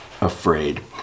afraid